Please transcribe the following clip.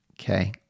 Okay